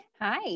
Hi